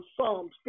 Psalms